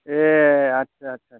ए आच्चा आच्चा